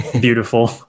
beautiful